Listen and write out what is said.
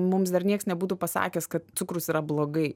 mums dar nieks nebūtų pasakęs kad cukrus yra blogai